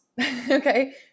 Okay